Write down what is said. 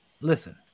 listen